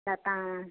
लताम